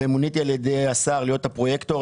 ומוניתי על ידי השר להיות הפרויקטור,